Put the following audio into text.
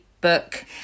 book